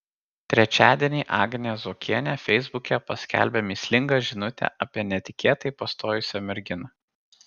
trečiadienį agnė zuokienė feisbuke paskelbė mįslingą žinutę apie netikėtai pastojusią merginą